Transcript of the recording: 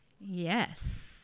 Yes